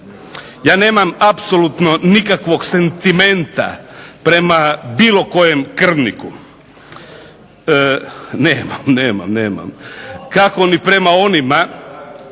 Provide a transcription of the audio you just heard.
Ja nemam apsolutno nikakvog sentimenta prema bilo kojem krvniku, nemam. Kako ni prema onima